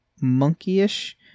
monkeyish